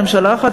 ממשלה אחת,